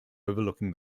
overlooking